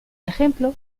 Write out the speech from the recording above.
ejemplo